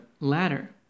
ladder